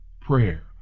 prayer